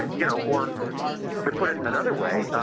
you know, or to put it another way,